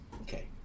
Okay